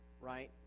right